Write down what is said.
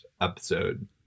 episode